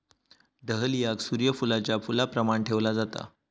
डहलियाक सूर्य फुलाच्या फुलाप्रमाण ठेवला जाता